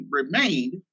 remained